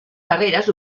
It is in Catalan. barreres